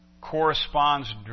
corresponds